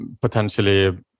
potentially